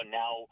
now